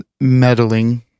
meddling